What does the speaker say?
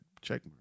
check